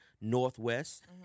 Northwest